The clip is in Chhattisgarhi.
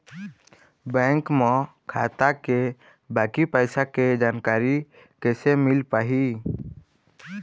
बैंक म खाता के बाकी पैसा के जानकारी कैसे मिल पाही?